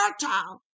fertile